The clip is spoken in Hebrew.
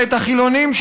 ואת החילונים,